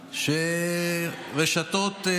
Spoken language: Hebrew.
שברשתות,